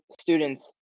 students